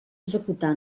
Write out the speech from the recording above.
executar